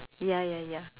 ya ya ya